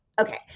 Okay